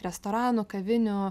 restoranų kavinių